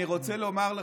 אני רוצה לומר לכם,